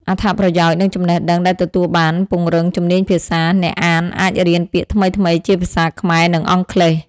អត្ថប្រយោជន៍ និងចំណេះដឹងដែលទទួលបានពង្រឹងជំនាញភាសា អ្នកអានអាចរៀនពាក្យថ្មីៗជាភាសាខ្មែរ និងអង់គ្លេស។